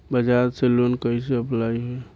बजाज से लोन कईसे अप्लाई होई?